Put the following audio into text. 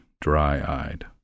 dry-eyed